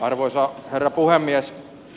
arvoisa herra puhemies